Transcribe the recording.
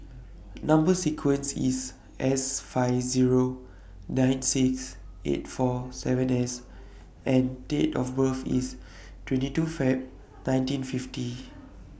Number sequence IS S five Zero nine six eight four seven S and Date of birth IS twenty two Feb nineteen fifty